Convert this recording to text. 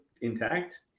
intact